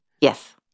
Yes